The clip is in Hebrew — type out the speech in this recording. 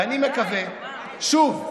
ואני מקווה, שוב,